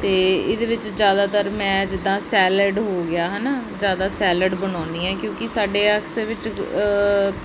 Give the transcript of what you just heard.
ਅਤੇ ਇਹਦੇ ਵਿੱਚ ਜ਼ਿਆਦਾਤਰ ਮੈਂ ਜਿੱਦਾਂ ਸੈਲਡ ਹੋ ਗਿਆ ਹੈ ਨਾ ਜ਼ਿਆਦਾ ਸੈਲਡ ਬਣਾਉਂਦੀ ਹਾਂ ਕਿਉਂਕਿ ਸਾਡੇ ਦੇ ਵਿੱਚ